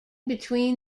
between